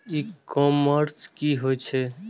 ई commerce की होय छेय?